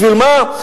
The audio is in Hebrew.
בשביל מה?